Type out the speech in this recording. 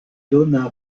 donna